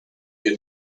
you